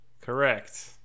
Correct